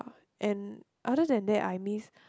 and other than that I miss